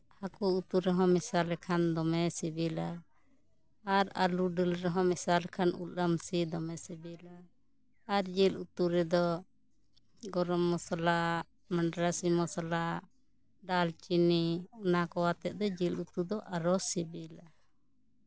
ᱦᱟᱹᱠᱩ ᱩᱛᱩ ᱨᱮᱦᱚᱸ ᱢᱮᱥᱟ ᱞᱮᱠᱷᱟᱱ ᱫᱚᱢᱮ ᱥᱤᱵᱤᱞᱟ ᱟᱨ ᱟᱞᱩ ᱫᱟᱹᱞ ᱨᱮᱦᱚᱸ ᱢᱮᱥᱟ ᱞᱮᱠᱷᱟᱱ ᱩᱞ ᱟᱢᱥᱤ ᱥᱤᱵᱤᱞᱟ ᱟᱨ ᱡᱤᱞ ᱩᱛᱩ ᱨᱮᱫᱚ ᱜᱚᱨᱚᱢ ᱢᱚᱥᱞᱟ ᱢᱟᱰᱨᱟᱥᱤ ᱢᱚᱥᱞᱟ ᱫᱟᱨ ᱪᱤᱱᱤ ᱚᱱᱟ ᱠᱚ ᱟᱛᱮᱜ ᱜᱮ ᱡᱤᱞ ᱩᱛᱩ ᱟᱨᱚ ᱥᱤᱵᱤᱞᱟ